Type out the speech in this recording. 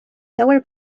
lower